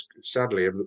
Sadly